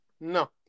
No